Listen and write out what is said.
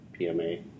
PMA